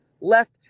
left